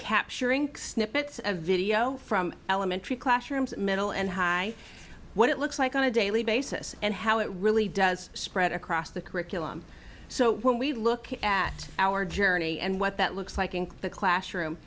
capturing snippets of video from elementary classrooms middle and high what it looks like on a daily basis and how it really does spread across the curriculum so when we look at our journey and what that looks like in the classroom